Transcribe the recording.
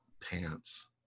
pants